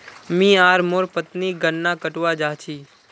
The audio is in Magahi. मी आर मोर पत्नी गन्ना कटवा जा छी